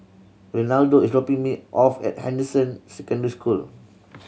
Reinaldo is dropping me off at Anderson Secondary School